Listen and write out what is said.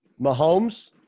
Mahomes